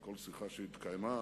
וכל שיחה שהתקיימה